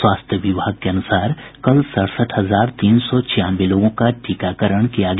स्वास्थ्य विभाग के अनुसार कल सड़सठ हजार तीन सौ छियानवे लोगों का टीकाकरण किया गया